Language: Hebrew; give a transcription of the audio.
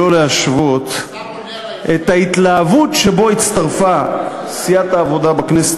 שלא להשוות את ההתלהבות שבה הצטרפה סיעת העבודה בכנסת